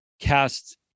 cast